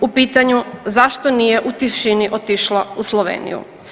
U pitanju zašto nije u tišini otišla u Sloveniju.